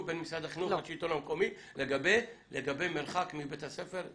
בין משרד החינוך לשלטון המקומי לגבי מרחק מבית הספר,